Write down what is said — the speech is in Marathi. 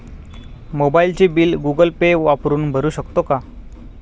मोबाइलचे बिल गूगल पे वापरून भरू शकतो का?